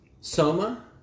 Soma